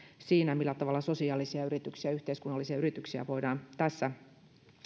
siinä millä tavalla sosiaalisia yrityksiä yhteiskunnallisia yrityksiä voidaan tässä